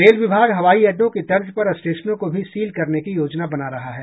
rail विभाग हवाई अड्डों की तर्ज पर स्टेशनों को भी सील करने की योजना बना रहा है